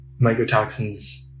mycotoxins